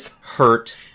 hurt